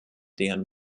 deren